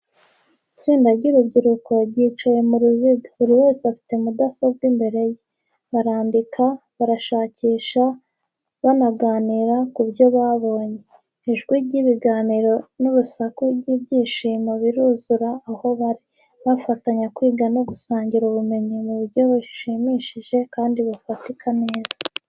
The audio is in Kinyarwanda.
Itsinda ry’urubyiruko ryicaye mu ruziga, buri wese afite mudasobwa imbere ye. Barandika, barashakisha, banaganira ku byo babonye. Ijwi ry’ibiganiro n’urusaku rw’ibyishimo biruzura aho bari, bafatanya kwiga no gusangira ubumenyi mu buryo bushimishije kandi bufatika neza.